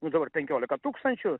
būdavo ir penkiolika tūkstančių